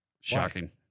Shocking